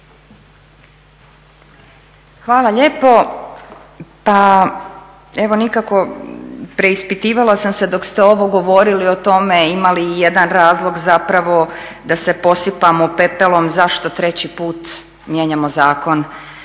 Hvala lijepo. Pa evo nikako, preispitivala sam se dok ste ovo govorili o tome ima li ijedan razlog zapravo da se posipamo pepelom, zašto treći put mijenjamo zakon.